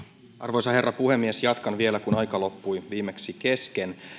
arvoisa herra puhemies jatkan vielä kun aika loppui viimeksi kesken